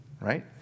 right